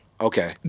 Okay